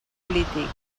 polític